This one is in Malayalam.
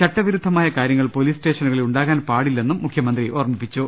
ചട്ടവിരുദ്ധമായ കാര്യങ്ങൾ പൊലീസ് സ്റ്റേഷനുകളിൽ ഉണ്ടാകാൻ പാടില്ലെന്നും മുഖ്യമന്ത്രി ഓർമ്മിപ്പിച്ചു